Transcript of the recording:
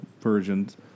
versions